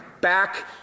back